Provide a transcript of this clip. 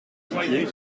pitié